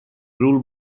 rule